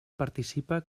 participa